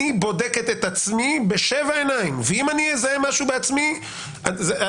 אני בודקת את עצמי בשבע עיניים ואם אני אזהה משהו בעצמי ---.